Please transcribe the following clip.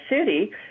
city